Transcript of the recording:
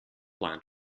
land